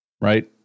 right